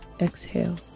exhale